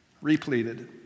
Repleted